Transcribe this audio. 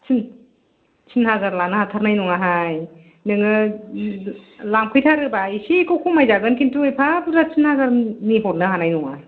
तिन तिन हाजार लानो हाथारनाय नङा हाय नोङो लांफैथारोबा एसेखौ खमायजागोन खिन्तु एफा बुरजा तिन हाजारनि हरनो होनाय नङा